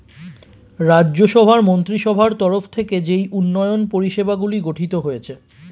রাজ্য সভার মন্ত্রীসভার তরফ থেকে যেই উন্নয়ন পরিষেবাগুলি গঠিত হয়েছে